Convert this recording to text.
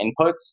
inputs